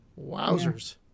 Wowzers